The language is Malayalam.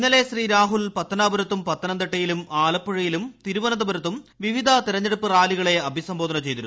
ഇന്നലെ ശ്രീ രാഹുൽ പത്തനാപുരത്തും പത്തനംതിട്ടയിലും ആലപ്പുഴയിലും തിരുവനന്തപുരത്തും വിവിധ തെരഞ്ഞെടുപ്പ് റാലികളെ അഭിസംബോധന ചെയ്തിരുന്നു